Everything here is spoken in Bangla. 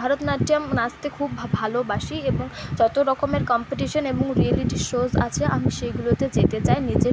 ভারতনাট্যম নাচতে খুব ভালোবাসি এবং যত রকমের কম্পিটিশন এবং রিয়েলিটি শোজ আছে আমি সেইগুলোতে যেতে চাই নিজের